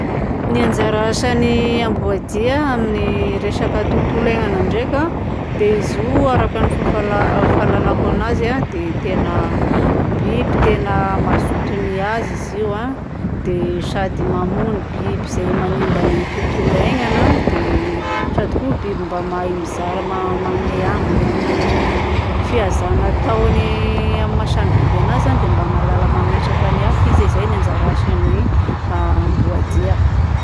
Ny anjara asan'ny amboadia amin'ny resaka tontolo iainagna ndraika dia izy io araka ny fafala- fahalalako anazy dia tena biby tena mazoto mihaza izy io a, dia sady mamono biby izay manimba ny tontolo iainana a, dia sady koa biby mba mahay mizara mahay ma- manome ambiny amin'ny fihazana ataony amin'ny maha-samy biby dia mba mahalala mametraka an'ny hafa izy e. Izay no anjara asany amin'ny amboadia.